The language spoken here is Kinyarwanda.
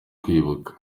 kwibuka